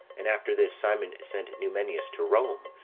and after this simon sent numenius to rome,